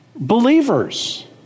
Believers